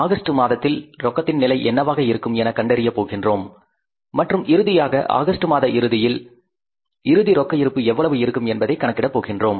August மாதத்தில் ரொக்கத்தின் நிலை என்னவாக இருக்கும் என கண்டறிய போகின்றோம் மற்றும் இறுதியாக ஆகஸ்ட் மாத இறுதியில் க்ளோஸிங் கேஸ் பேலன்ஸ் எவ்வளவு இருக்கும் என்பதை கணக்கிட போகின்றோம்